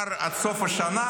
יאושר עד סוף השנה,